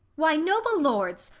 why, noble lords,